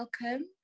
Welcome